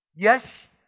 Yes